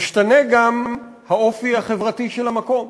ישתנה גם האופי החברתי של המקום.